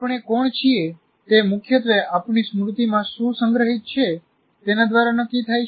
આપણે કોણ છીએ તે મુખ્યત્વે આપણી સ્મૃતિમાં શું સંગ્રહિત છે તેના દ્વારા નક્કી થાય છે